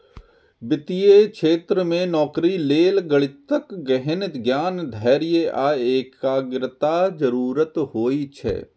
वित्तीय क्षेत्र मे नौकरी लेल गणितक गहन ज्ञान, धैर्य आ एकाग्रताक जरूरत होइ छै